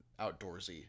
outdoorsy